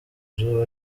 nzu